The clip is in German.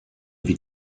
wie